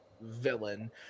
villain